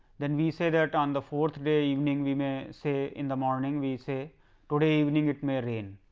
then we say that on the fourth day evening, we may say in the morning, we say today evening it may rain.